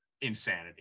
insanity